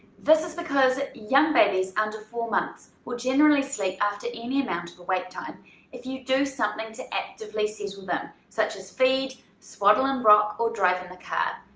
this is because young babies under four months will generally sleep after any amount of awake time if you do something to actively settle them such as feed, swaddle and rock, or drive in the car.